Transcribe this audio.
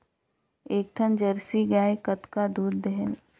एक ठन जरसी गाय कतका दूध देहेल?